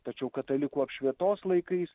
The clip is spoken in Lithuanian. tačiau katalikų apšvietos laikais